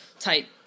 Type